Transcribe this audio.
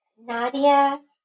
Nadia